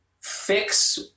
fix